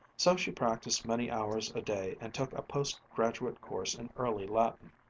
so she practised many hours a day, and took a post-graduate course in early latin.